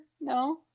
no